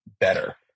better